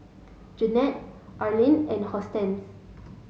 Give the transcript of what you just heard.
Jennette Arlyn and Hortense